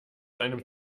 einem